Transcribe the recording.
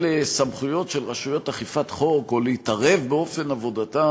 סמכויות של רשויות אכיפת חוק או להתערב באופן עבודתה